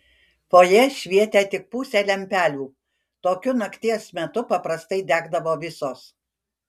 fojė švietė tik pusė lempelių tokiu nakties metu paprastai degdavo visos